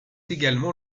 également